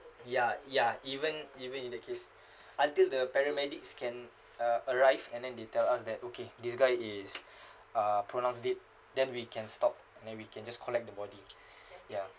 ya ya even even in the case until the paramedics can uh arrived and then they tell us that okay this guy is uh pronounced dead then we can stop and then we can just collect the body ya